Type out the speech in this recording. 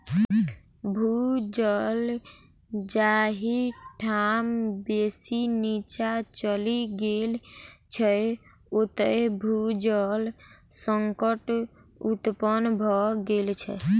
भू जल जाहि ठाम बेसी नीचाँ चलि गेल छै, ओतय भू जल संकट उत्पन्न भ गेल छै